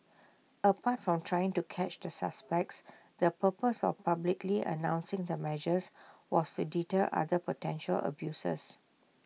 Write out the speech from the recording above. apart from trying to catch the suspects the purpose of publicly announcing the measures was to deter other potential abusers